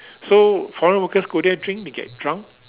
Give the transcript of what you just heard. so foreign workers go there drink they get drunk